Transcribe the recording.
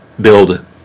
build